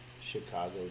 Chicago